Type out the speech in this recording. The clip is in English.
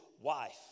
wife